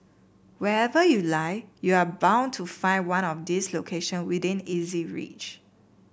wherever you lie you are bound to find one of these location within easy reach